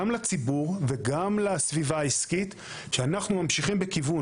גם לציבור וגם לסביבה העסקית שאנחנו ממשיכים בכיוון.